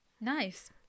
Nice